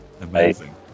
Amazing